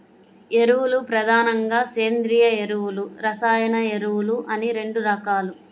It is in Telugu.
ఎరువులు ప్రధానంగా సేంద్రీయ ఎరువులు, రసాయన ఎరువులు అని రెండు రకాలు